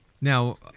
Now